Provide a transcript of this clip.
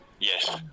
Yes